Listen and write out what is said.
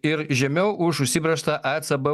ir žemiau už užsibrėžtą ecb